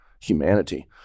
humanity